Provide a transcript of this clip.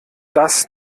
das